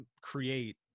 create